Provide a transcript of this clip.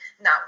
Now